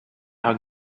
are